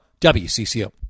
WCCO